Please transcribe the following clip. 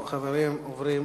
חברים, אנחנו עוברים